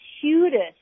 cutest